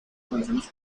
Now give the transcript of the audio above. conocemos